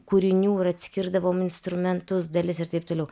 kūrinių ir atskirdavom instrumentus dalis ir taip toliau